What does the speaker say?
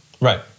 Right